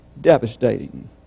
devastating